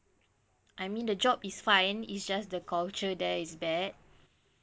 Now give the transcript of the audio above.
I mean the job is fine is just the culture there is bad